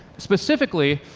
specifically,